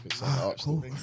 Cool